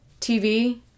TV